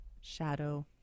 Shadow